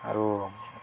ଆରୁ